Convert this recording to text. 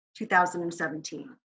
2017